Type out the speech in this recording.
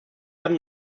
haben